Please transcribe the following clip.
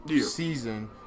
season